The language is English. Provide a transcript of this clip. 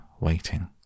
waiting